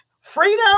Freedom